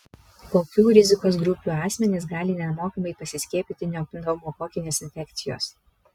kokių rizikos grupių asmenys gali nemokamai pasiskiepyti nuo pneumokokinės infekcijos